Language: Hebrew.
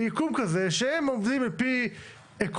משרד הפנים שהם עובדים על פי עקרונות,